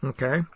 Okay